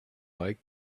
like